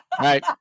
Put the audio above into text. Right